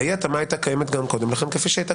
אי ההתאמה הייתה קיימת גם קודם כפי שהייתה